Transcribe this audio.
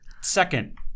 Second